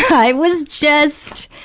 i was just,